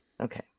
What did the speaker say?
Okay